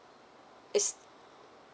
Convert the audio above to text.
it's